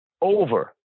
Over